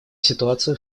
ситуацию